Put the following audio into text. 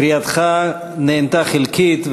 קריאתך נענתה חלקית,